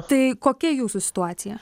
tai kokia jūsų situacija